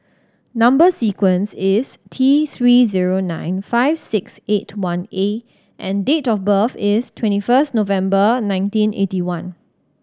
number sequence is T Three zero nine five six eight one A and date of birth is twenty first November nineteen eighty one